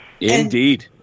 Indeed